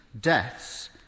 deaths